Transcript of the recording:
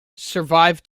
survived